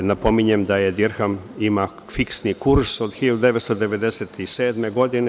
Napominjem da dirham ima fiksni kurs od 1997. godine.